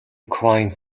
crying